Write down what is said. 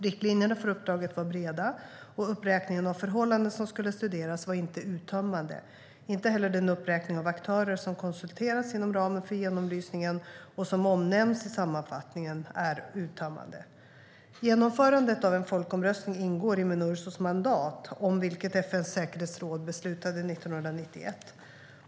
Riktlinjerna för uppdraget var breda, och uppräkningen av förhållanden som skulle studeras var inte uttömmande. Inte heller den uppräkning av aktörer som konsulterats inom ramen för genomlysningen, och som omnämns i sammanfattningen, är uttömmande. Genomförandet av en folkomröstning ingår i Minursos mandat, om vilket FN:s säkerhetsråd beslutade 1991.